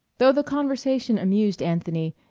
though the conversation amused anthony,